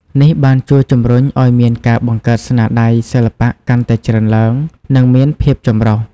នេះបានជួយជំរុញឲ្យមានការបង្កើតស្នាដៃសិល្បៈកាន់តែច្រើនឡើង និងមានភាពចម្រុះ។